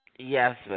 Yes